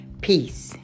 Peace